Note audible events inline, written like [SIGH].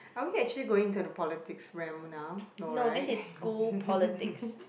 are we actually going into the politics realm now no right [LAUGHS]